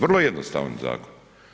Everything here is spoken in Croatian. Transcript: Vrlo jednostavan zakon.